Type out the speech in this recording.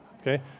Okay